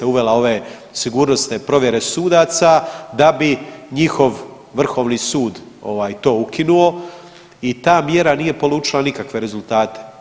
Uvela ove sigurnosne provjere sudaca, da bi njihov Vrhovni sud to ukinuo i ta mjera nije polučila nikakve rezultate.